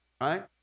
right